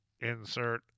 Insert